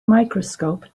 microscope